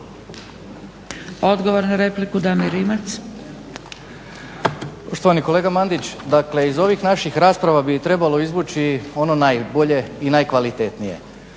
Odgovor na repliku Damir Rimac. **Rimac, Damir (SDP)** Poštovani kolega Mandić, dakle iz ovih naših rasprava bi trebalo izvući ono najbolje i najkvalitetnije.